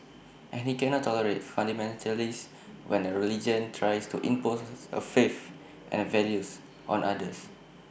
and he cannot tolerate fundamentalists when A religion tries to impose A faith and values on others